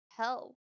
hell